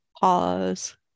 Pause